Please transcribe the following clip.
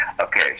Okay